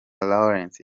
lawrence